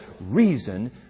reason